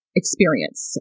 experience